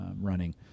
running